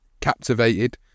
captivated